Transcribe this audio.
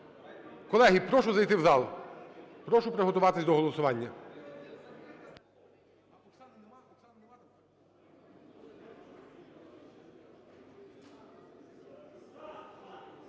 Колеги, прошу зайти в зал. Прошу приготуватися до голосування.